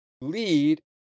lead